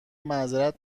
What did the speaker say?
معذرت